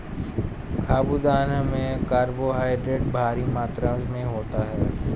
साबूदाना में कार्बोहायड्रेट भारी मात्रा में होता है